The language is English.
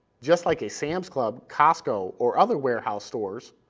just like a sam's club, costco or other warehouse stores,